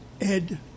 Ed